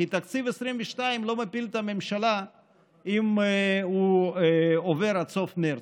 כי תקציב 2022 לא מפיל את הממשלה אם הוא עובר עד סוף מרץ.